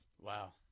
Wow